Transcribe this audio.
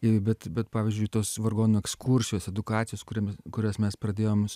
i bet bet pavyzdžiui tos vargonų ekskursijos edukacijos kuriame kurias mes pradėjom